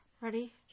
Ready